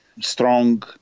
strong